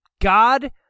God